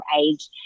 age